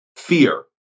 fear